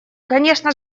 конечно